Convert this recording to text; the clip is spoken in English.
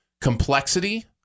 complexity